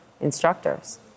instructors